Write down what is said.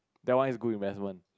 that one is good investment